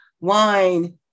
wine